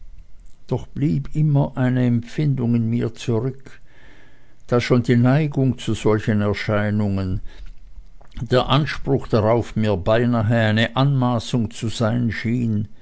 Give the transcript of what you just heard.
doch blieb immer eine gemischte empfindung in mir zurück da schon die neigung zu solchen erscheinungen der anspruch darauf mir beinahe eine anmaßung zu sein schien